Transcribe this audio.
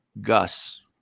Gus